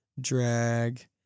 drag